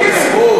את הזכות,